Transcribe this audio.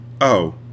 Oh